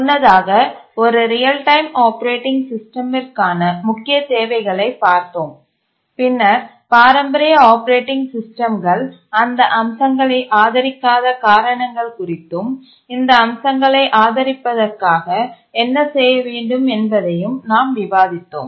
முன்னதாக ஒரு real time operating சிஸ்டமிற்கான முக்கிய தேவைகளைப் பார்த்தோம் பின்னர் பாரம்பரிய ஆப்பரேட்டிங் சிஸ்டம்கள் அந்த அம்சங்களை ஆதரிக்காத காரணங்கள் குறித்தும் இந்த அம்சங்களை ஆதரிப்பதற்காக என்ன செய்ய வேண்டும் என்பதையும் நாம் விவாதித்தோம்